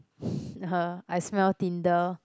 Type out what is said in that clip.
I smell Tinder